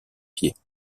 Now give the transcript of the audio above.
pieds